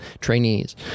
trainees